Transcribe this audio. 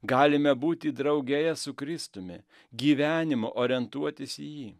galime būti drauge su kristumi gyvenimo orientuotis į jį